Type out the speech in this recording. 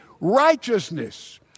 righteousness